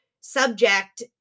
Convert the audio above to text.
subject